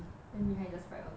then behind just write or die